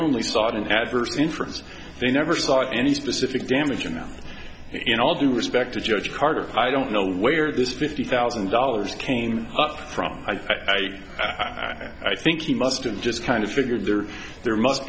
only saw an adverse inference they never saw any specific damage you know in all due respect to judge carter i don't know where this fifty thousand dollars came up from i think i think he must have just kind of figured there there must